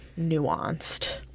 nuanced